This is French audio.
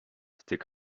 c’était